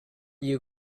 you